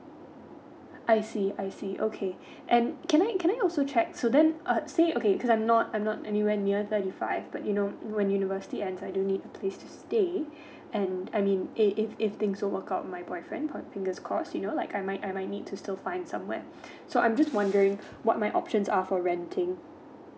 I see I see okay and can I can I also check so then I say okay because I'm not I'm not anywhere near thirty five but you know when university ends I do need a place to stay and I mean if if if things didn't work out with my boyfriend but fingers crossed you know like I might I might need to still find somewhere so I'm just wondering what my options are for renting